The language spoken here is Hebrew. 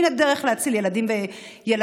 הינה דרך להציל ילדים וילדות,